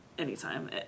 Anytime